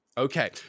Okay